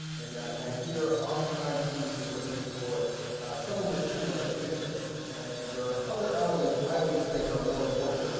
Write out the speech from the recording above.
and that i hear often times students are looking for someone with similar interests, and that there are other elements that i always think are more important.